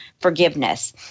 forgiveness